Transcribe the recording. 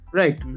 right